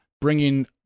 bringing